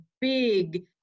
big